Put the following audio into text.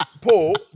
Paul